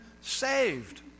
saved